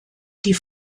die